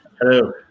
Hello